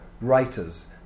writers